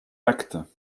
actes